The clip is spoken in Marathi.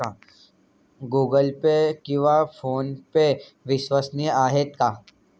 गूगल पे किंवा फोनपे विश्वसनीय आहेत का?